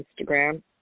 Instagram